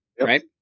Right